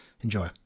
Enjoy